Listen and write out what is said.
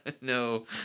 No